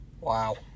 Wow